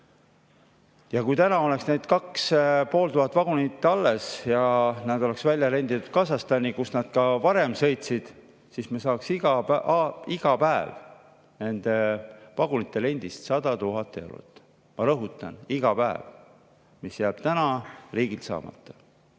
Kui täna oleks need kaks ja pool tuhat vagunit alles ja nad oleks välja renditud Kasahstani, kus nad ka varem sõitsid, siis me saaksime iga päev nende vagunite rendist 100 000 eurot. Ma rõhutan: iga päev! See jääb riigil täna saamata.